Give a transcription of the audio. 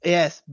Yes